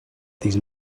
these